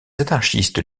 anarchistes